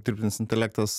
dirbtinis intelektas